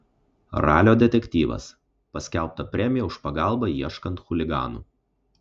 ralio detektyvas paskelbta premija už pagalbą ieškant chuliganų